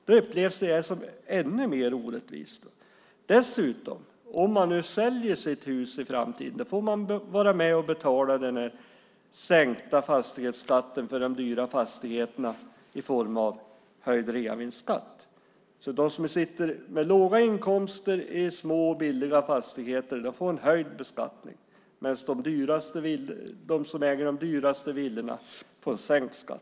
Det upplevs som ännu mer orättvist. Om man säljer sitt hus i framtiden får man dessutom vara med och betala den sänkta fastighetsskatten för de dyra fastigheterna i form av höjd reavinstskatt. De som sitter med låga inkomster i små billiga fastigheter får en höjd beskattning, medan de som äger de dyraste villorna får sänkt skatt.